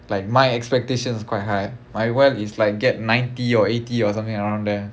like my expectation is quite high my well is like get ninety or eighty or something around there